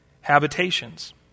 habitations